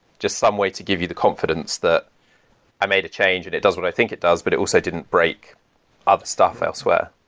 just some way to give you the confidence that i made a change and it does what i think it does, but it also didn't break other stuff elsewhere.